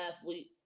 athlete